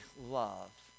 love